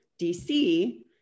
DC